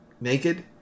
naked